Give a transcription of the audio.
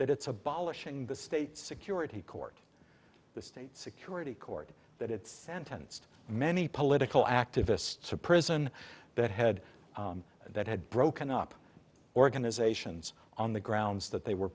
that it's abolishing the state security court the state security court that it's sentenced many political activists to prison that head that had broken up organizations on the grounds that they were